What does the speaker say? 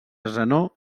zenó